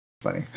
Funny